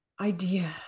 idea